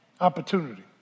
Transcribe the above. Opportunity